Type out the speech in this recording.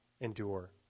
endure